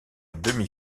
demi